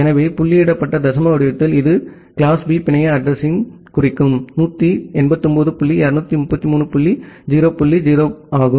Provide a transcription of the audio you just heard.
எனவே புள்ளியிடப்பட்ட தசம வடிவத்தில் இது கிளாஸ் B பிணைய அட்ரஸிங்யைக் குறிக்கும் 189 புள்ளி 233 புள்ளி 0 புள்ளி 0 ஆகும்